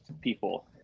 people